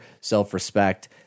self-respect